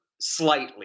slightly